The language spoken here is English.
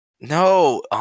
No